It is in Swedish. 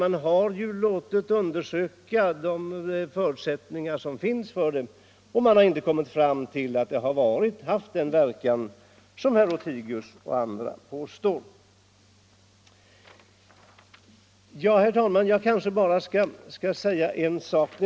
Man har låtit undersöka de förutsättningar som finns och man har inte kommit fram till att medlet haft den verkan som herr Lothigius och en del andra påstår att det skulle ha.